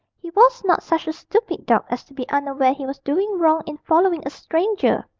he was not such a stupid dog as to be unaware he was doing wrong in following a stranger,